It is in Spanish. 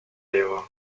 llegó